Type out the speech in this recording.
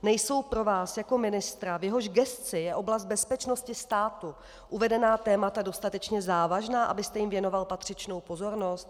Nejsou pro vás jako ministra, v jehož gesci je oblast bezpečnosti státu, uvedená témata dostatečně závažná, abyste jim věnoval patřičnou pozornost?